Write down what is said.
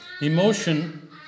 Emotion